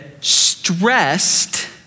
stressed